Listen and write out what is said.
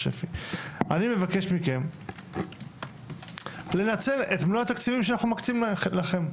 אני מבקש מכם לנצל את מלוא התקציבים שאנחנו מקציבים אליכם,